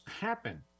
happen